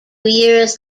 years